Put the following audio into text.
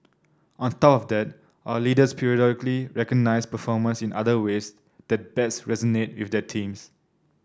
on top of that our leaders periodically recognise performance in other ways that best resonate with their teams